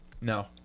No